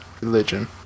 Religion